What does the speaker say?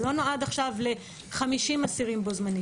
הוא לא נועד ל-50 אסירים בו זמנית.